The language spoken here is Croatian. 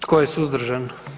Tko je suzdržan?